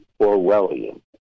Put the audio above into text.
Orwellian